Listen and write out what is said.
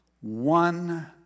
one